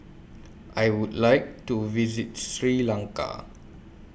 I Would like to visit Sri Lanka